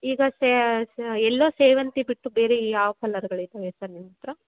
ಈಗ ಸೇ ಎಲ್ಲೊ ಸೇವಂತಿ ಬಿಟ್ಟು ಬೇರೆ ಯಾವ ಕಲ್ಲರ್ಗಳು ಇದವೆ ಸರ್ ನಿಮ್ಮ ಹತ್ರ